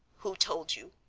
who told you?